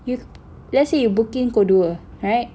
you let's say you booking pukul dua right